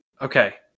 Okay